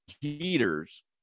heaters